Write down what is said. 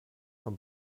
von